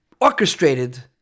orchestrated